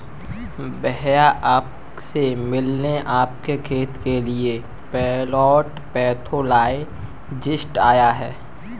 भैया आप से मिलने आपके खेत के लिए प्लांट पैथोलॉजिस्ट आया है